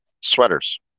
sweaters